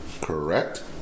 correct